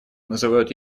называют